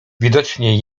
widocznie